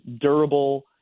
durable